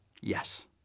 yes